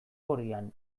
gorian